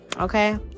Okay